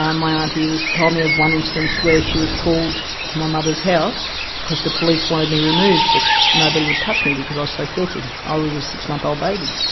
um my aunty told me of one instance where she was called to my mother's house cause the police wanted me removed but nobody would touch me because i was so filthy, i was a six-month-old baby,